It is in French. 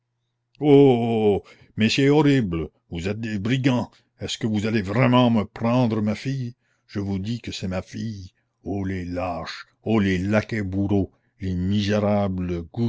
mais c'est horrible vous êtes des brigands est-ce que vous allez vraiment me prendre ma fille je vous dis que c'est ma fille oh les lâches oh les laquais bourreaux les misérables